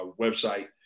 website